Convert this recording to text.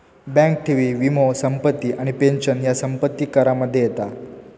bank ठेवी, वीमो, संपत्ती आणि पेंशन ह्या संपत्ती करामध्ये येता